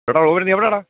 എടാ റോബിൻ നീ എവിടെയാട